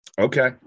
Okay